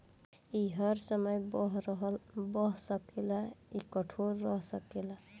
ई हर समय बहत रह सकेला, इकट्ठो रह सकेला